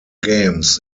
games